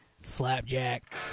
Slapjack